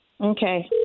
Okay